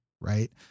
right